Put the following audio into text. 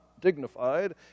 dignified